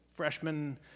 Freshman